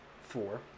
four